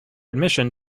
admission